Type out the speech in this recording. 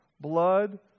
blood